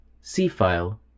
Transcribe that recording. C-File